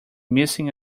missing